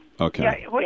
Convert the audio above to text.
Okay